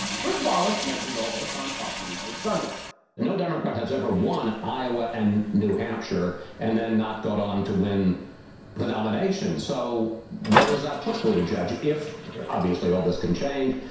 chris wallace mentioned all this on fox news this sunday no democrat has ever won iowa and new hampshire and then not got on to win the nomination. so where does that put bill to judge if obviously all this can change?